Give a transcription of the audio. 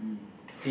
mm